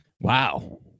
Wow